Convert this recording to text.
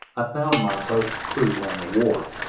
i found my boat's crew on the wharf,